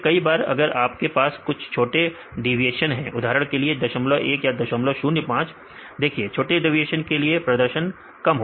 फिर कई बार अगर आपके पास कुछ छोटेडेविएशन हैं उदाहरण के लिए 01 या 005 देखिए छोटे डेविएशन के लिए प्रदर्शन कम होगा